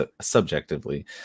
subjectively